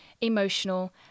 emotional